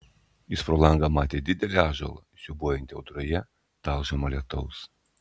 jis pro langą matė didelį ąžuolą siūbuojantį audroje talžomą lietaus